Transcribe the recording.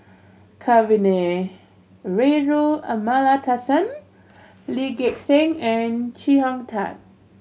Kavignareru Amallathasan Lee Gek Seng and Chee Hong Tat